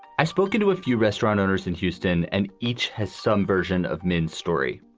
i've spoken to a few restaurant owners in houston and each has some version of main story.